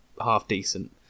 half-decent